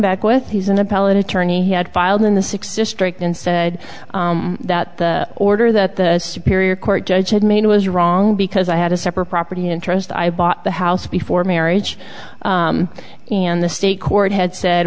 back with he's an appellate attorney had filed in the six district and said that the order that the superior court judge had made was wrong because i had a separate property interest i bought the house before marriage and the state court had said